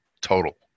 total